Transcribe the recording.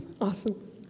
Awesome